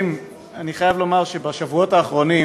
תודה רבה לחבר הכנסת סמוטריץ.